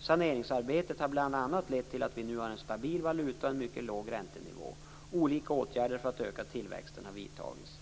Saneringsarbetet har bl.a. lett till att vi nu har en stabil valuta och en mycket låg räntenivå. Olika åtgärder för att öka tillväxten har vidtagits.